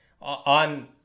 on